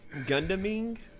Gundaming